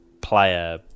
player